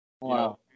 Wow